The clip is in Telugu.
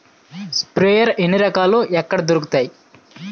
స్ప్రేయర్ ఎన్ని రకాలు? ఎక్కడ దొరుకుతాయి?